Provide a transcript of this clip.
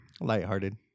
Lighthearted